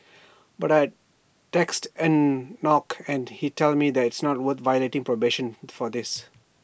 but I'd text Enoch and he'd tell me IT is not worth violating probation for this